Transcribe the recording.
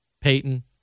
Peyton